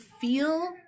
feel